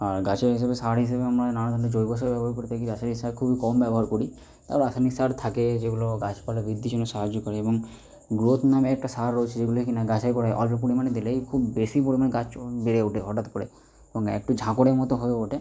আর গাছের হিসেবে সার হিসেবে আমরা নানা ধরনের জৈব সার ব্যবহার করে থাকি রাসায়নিক সার খুবই কম ব্যবহার করি তাও রাসায়নিক সার থাকে যেগুলো গাছপালা বৃদ্ধির জন্য সাহায্য করে এবং গ্রোথ নামে একটা সার রয়েছে যেগুলি কি না গাছের গোড়ায় অল্প পরিমাণে দিলেই খুব বেশি পরিমাণে গাছ বেড়ে ওঠে হঠাৎ করে এবং একটু ঝাকড়ের মতো হয়ে ওঠে